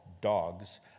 dogs